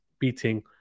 beating